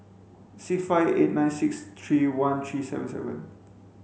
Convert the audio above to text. six five eight nine six three one three seven seven